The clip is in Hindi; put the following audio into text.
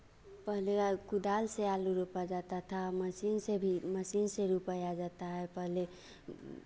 पहले कुदाल से आलू रोपा जाता था मशीन से भी मशीन से रोपाया जाता है पहले